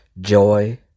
joy